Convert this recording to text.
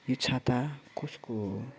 यो छाता कसको हो